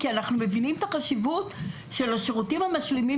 כי אנחנו מבינים את החשיבות של השירותים המשלימים